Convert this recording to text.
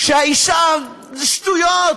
שהאישה שטויות,